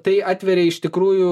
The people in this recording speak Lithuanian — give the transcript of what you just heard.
tai atveria iš tikrųjų